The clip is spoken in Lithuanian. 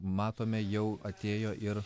matome jau atėjo ir